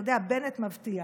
אתה יודע, בנט מבטיח,